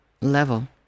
level